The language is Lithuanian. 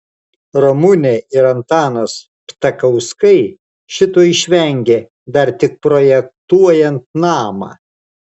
ramunė ir antanas ptakauskai šito išvengė dar tik projektuojant namą